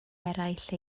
eraill